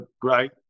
great